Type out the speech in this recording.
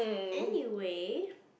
anyway